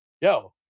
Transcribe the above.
yo